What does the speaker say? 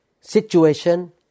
situation